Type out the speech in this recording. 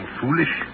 foolish